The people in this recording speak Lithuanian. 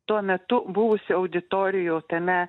tuo metu buvusi auditorijų tame